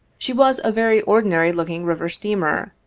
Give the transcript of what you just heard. she was a very ordinary looking river steamer,